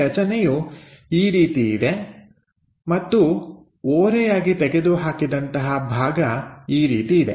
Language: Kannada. ಈ ರಚನೆಯು ಈ ರೀತಿ ಇದೆ ಮತ್ತು ಓರೆಯಾಗಿ ತೆಗೆದು ಹಾಕಿದಂತಹ ಭಾಗ ಈ ರೀತಿ ಇದೆ